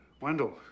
Wendell